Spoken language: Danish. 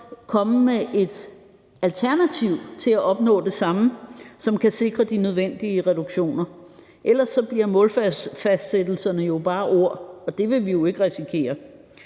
komme med et alternativ til at opnå det samme, som kan sikre de nødvendige reduktioner. Ellers bliver målfastsættelserne jo bare ord, og det vil vi ikke risikere.